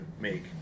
make